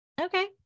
okay